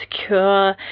secure